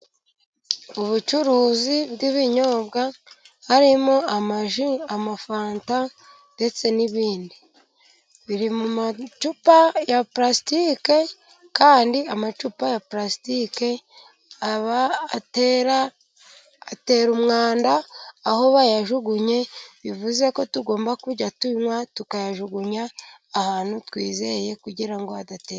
Ubucuruzi bw'ibinyobwa harimo amaji, amafanta ndetse n'ibindi. Biri mu macupa ya pulasitike kandi amacupa ya pulasitike aba atera atera umwanda aho bayajugunye, bivuze ko tugomba kujya tunywa tukayajugunya ahantu twizeye kugira ngo adateza.